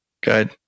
Good